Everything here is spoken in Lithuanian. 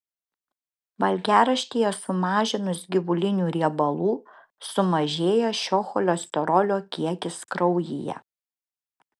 valgiaraštyje sumažinus gyvulinių riebalų sumažėja šio cholesterolio kiekis kraujyje